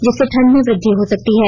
इससे ठंड में वृद्वि हो सकती है